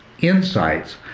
insights